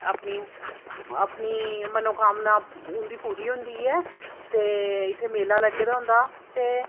अपनी अपनी मनोकामना उंदी पूरी होंदी ऐ ते इत्थें मेला लग्गे दा होंदा ते